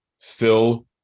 Phil